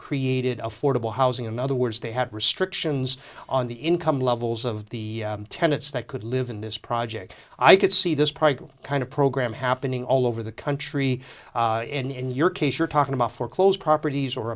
created affordable housing in other words they had restrictions on the income levels of the tenets that could live in this project i could see this pride kind of program happening all over the country we in your case are talking about foreclosed properties or